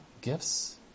gifts